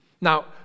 Now